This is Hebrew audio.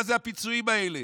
מה זה הפיצויים האלה?